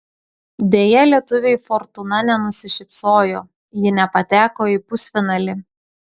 deja lietuvei fortūna nenusišypsojo ji nepateko į pusfinalį